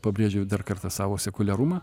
pabrėžiau dar kartą savo sekuliarumą